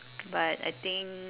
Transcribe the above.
but I think